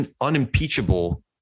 unimpeachable